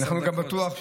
גם אני מוכן.